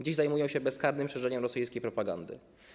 Dziś zajmują się bezkarnym szerzeniem rosyjskiej propagandy.